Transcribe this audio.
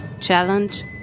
challenge